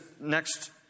next